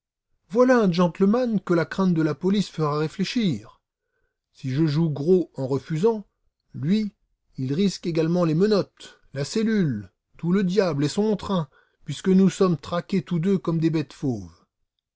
voilà un gentleman que la crainte de la police fera réfléchir si je joue gros jeu en refusant lui il risque également les menottes la cellule tout le diable et son train puisque nous sommes traqués tous deux comme des bêtes fauves